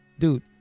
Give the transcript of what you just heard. Dude